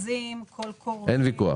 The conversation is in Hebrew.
מכרזים, קול קורא -- אין ויכוח.